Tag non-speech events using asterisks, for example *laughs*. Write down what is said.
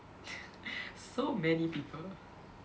*laughs* so many people